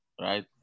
right